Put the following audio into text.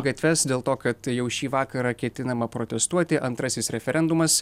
gatves dėl to kad jau šį vakarą ketinama protestuoti antrasis referendumas